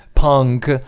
punk